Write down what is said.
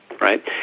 right